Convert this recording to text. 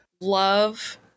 love